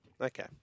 Okay